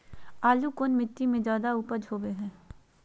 आलू कौन मिट्टी में जादा ऊपज होबो हाय?